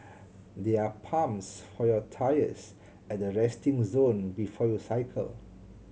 there are pumps for your tyres at the resting zone before you cycle